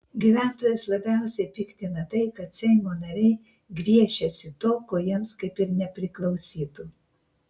gyventojus labiausiai piktina tai kad seimo nariai gviešiasi to ko jiems kaip ir nepriklausytų